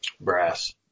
Brass